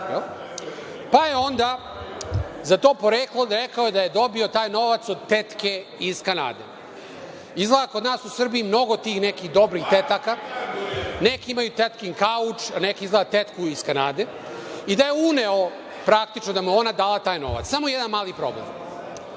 pa je onda za to poreklo rekao da je dobio taj novac od tetke iz Kanade. Izgleda je kod nas u Srbiji mnogo tih nekih dobrih tetaka. Neki imaju tetkin kauč, neki izgleda tetku iz Kanade, i da je uneo, praktično, da mu je ona dala taj novac. Samo je jedan mali problem,